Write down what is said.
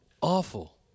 awful